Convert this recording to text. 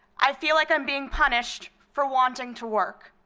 i feel like i'm being punished for wanting to work.